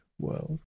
world